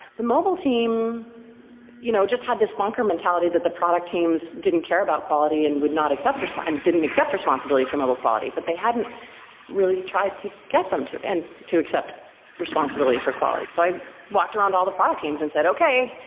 the mobile team you know just had this bunker mentality that the product teams didn't care about quality and would not accept so and didn't accept responsibility for mobile quality, but they hadn't really tried to get them to and to accept responsibility for quality. so i walked around all the product teams and said, okay,